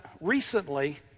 recently